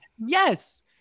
Yes